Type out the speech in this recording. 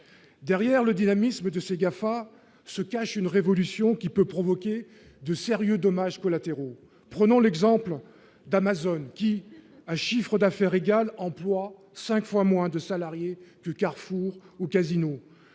derrière le dynamisme de ses gaffes à se cache une révolution qui peut provoquer de sérieux dommages collatéraux, prenons l'exemple d'Amazone qui a chiffre d'affaires égal emploi 5 fois moins de salariés plus Carrefour ou Casino,